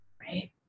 right